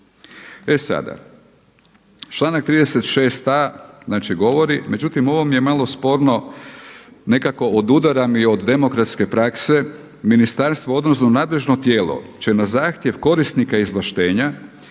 E sada, članak 36a. znači govori, međutim ovo mi je malo sporno, nekako odudara mi od demokratske prakse. Ministarstvo odnosno nadležno tijelo će na zahtjev korisnika izvlaštenja